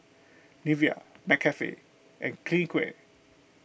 Nivea McCafe and Clinique